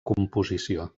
composició